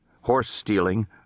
horse-stealing